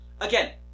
Again